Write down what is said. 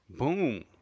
Boom